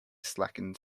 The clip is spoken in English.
slackened